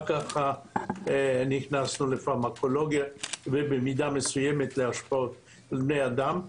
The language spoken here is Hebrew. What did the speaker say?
אחר כך נכנסנו לפרמקולוגיה ובמידה מסוימת להשפעות על בני אדם.